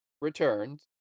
returns